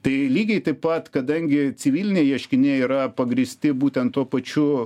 tai lygiai taip pat kadangi civiliniai ieškiniai yra pagrįsti būtent tuo pačiu